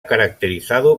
caracterizado